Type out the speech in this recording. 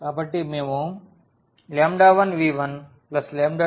కాబట్టి మేము 1v12v23v34v4 0